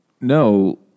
No